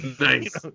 Nice